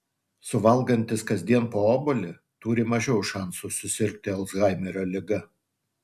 suvalgantys kasdien po obuolį turi mažiau šansų susirgti alzhaimerio liga